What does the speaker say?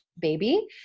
baby